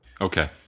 Okay